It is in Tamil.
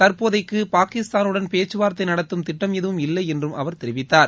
தற்போதைக்கு பாகிஸ்தானுடன் பேச்சுவார்த்தை நடத்தும் திட்டம் எதுவுமில்லை என்று அவர் தெரிவித்தார்